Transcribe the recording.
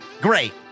Great